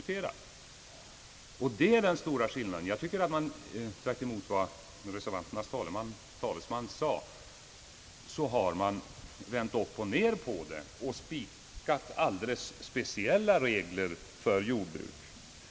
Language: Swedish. Det är alltså den stora skillnaden. Jag tycker att man, tvärtemot vad reservanternas talesman påstod, har vänt upp och ned på det hela och spikat alldeles speciella regler för jordbrukarna.